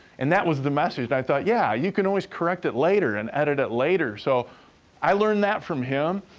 and that was the message, and i thought, yeah, you can always correct it later and edit it later, so i learned that from him.